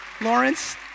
Lawrence